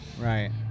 Right